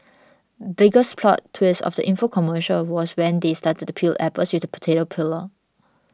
biggest plot twist of the info commercial was when they started to peel apples with the potato peeler